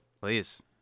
Please